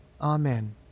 Amen